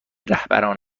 رهبران